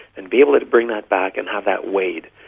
and be able to bring that back and have that weighed.